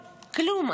כלום,